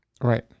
Right